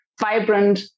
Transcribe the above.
vibrant